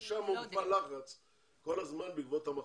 כי שם, בעקבות קיומו של המחנה, כל הזמן הופעל לחץ.